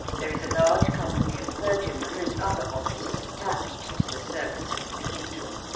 there is a large company of clergymen and other officers attached to the service of the cathedral.